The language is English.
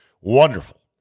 wonderful